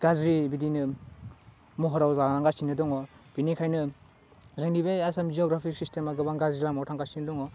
गाज्रि बिदिनो महराव जालांगासिनो दङ बेनिखायनो जोंनि बे आसाम जिअग्राफि सिस्टेमा गोबां गाज्रि लामायाव थांगासिनो दङ